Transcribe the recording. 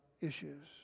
issues